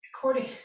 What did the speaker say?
according